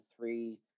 Three